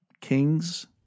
King's